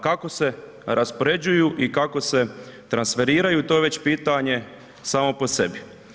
Kako se raspoređuju i kako se transferiraju, to je već pitanje samo po sebi.